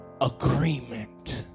agreement